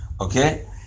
Okay